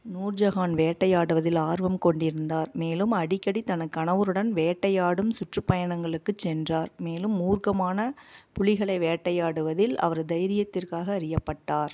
நூர்ஜஹான் வேட்டையாடுவதில் ஆர்வம் கொண்டிருந்தார் மேலும் அடிக்கடி தனது கணவருடன் வேட்டையாடும் சுற்றுப்பயணங்களுக்குச் சென்றார் மேலும் மூர்க்கமான புலிகளை வேட்டையாடுவதில் அவரது தைரியத்திற்காக அறியப்பட்டார்